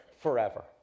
forever